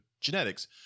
genetics